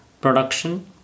production